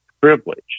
privilege